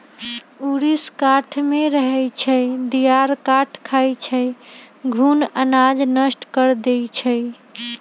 ऊरीस काठमे रहै छइ, दियार काठ खाई छइ, घुन अनाज नष्ट कऽ देइ छइ